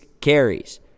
carries